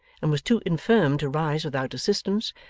and was too infirm to rise without assistance,